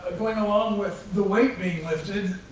going along with the weight being lifted,